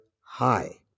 high